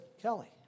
Kelly